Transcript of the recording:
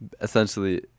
Essentially